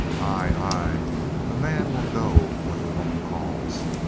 ay, ay a man will go when the woman calls.